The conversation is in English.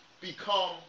become